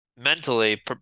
mentally